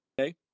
okay